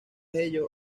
ello